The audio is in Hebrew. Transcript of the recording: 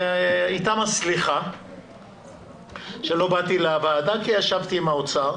איתם הסליחה שלא הגעתי לוועדה כי ישבתי עם נציגי משרד האוצר.